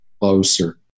closer